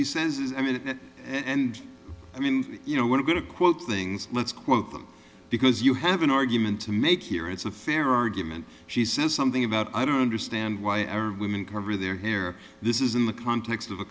he says is i mean and i mean you know we're going to quote things let's quote them because you have an argument to make here it's a fair argument she says something about i don't understand why our women cover their hair this is in the context of